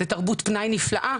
זאת תרבות פנאי נפלאה,